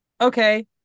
okay